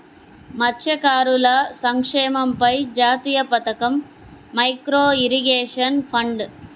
మత్స్యకారుల సంక్షేమంపై జాతీయ పథకం, మైక్రో ఇరిగేషన్ ఫండ్